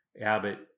Abbott